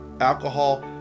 Alcohol